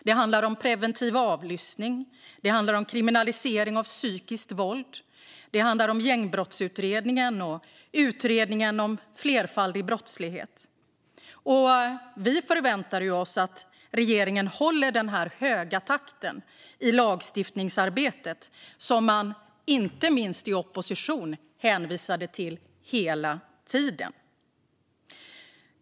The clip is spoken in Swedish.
Det handlar om preventiv avlyssning, kriminalisering av psykiskt våld, Gängbrottsutredningen och utredningen om flerfaldig brottslighet. Vi förväntar oss att regeringen håller den höga takt i lagstiftningsarbetet som man inte minst i opposition hänvisade till hela tiden.